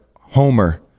Homer